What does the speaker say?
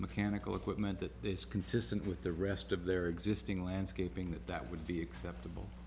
mechanical equipment that is consistent with the rest of their existing landscaping that that would be acceptable